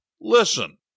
Listen